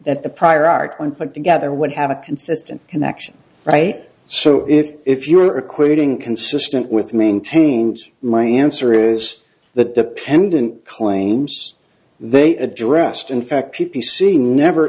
that the prior art when put together would have a consistent connection right so if you're equating consistent with maintained my answer is that dependent claims they addressed in fact p p c never